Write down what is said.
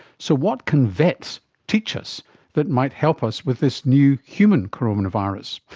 so what can vets teach us that might help us with this new human coronavirus?